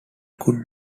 could